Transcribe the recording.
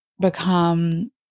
become